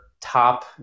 top